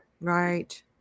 right